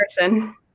person